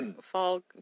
fall